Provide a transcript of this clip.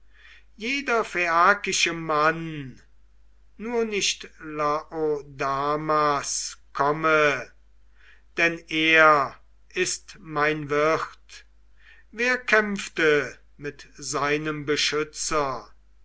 jeder phaiakische mann nur nicht laodamas komme denn er ist mein wirt wer kämpfte mit seinem beschützer